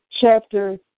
chapter